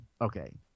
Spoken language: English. Okay